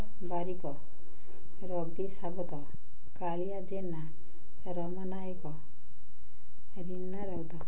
Barik Rabi Sabat Kalia Jena Ram Nayak Rina Raut